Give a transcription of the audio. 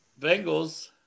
Bengals